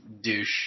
douche